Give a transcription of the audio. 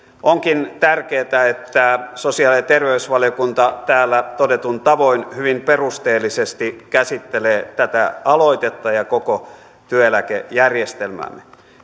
onkin tärkeätä että sosiaali ja terveysvaliokunta täällä todetun tavoin hyvin perusteellisesti käsittelee tätä aloitetta ja koko työeläkejärjestelmäämme